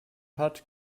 hat